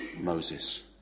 Moses